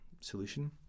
solution